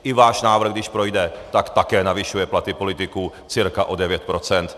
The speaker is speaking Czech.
I váš návrh, když projde, také navyšuje platy politiků cca o 9 %.